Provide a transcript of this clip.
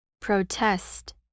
protest